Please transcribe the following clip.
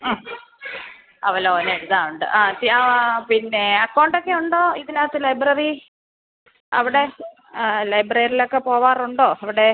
ആ അവലോകനം എഴുതാനുണ്ട് ആ പിന്നെ അക്കൗണ്ടക്കെ ഉണ്ടോ ഇതിനകത്ത് ലൈബ്രറീ അവിടെ ആ ലൈബ്രറീലക്കെ പോവാറുണ്ടോ അവിടെ